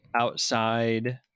outside